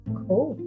cool